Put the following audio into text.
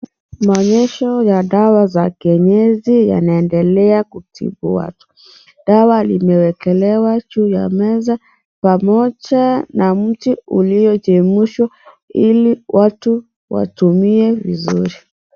Maonyesho za dawa ya kienyeji yanaendelea kutibua. Dawa limewekelewa juu ya meza pamoja na mti uliochemshwa Ili watu watumie vizuri.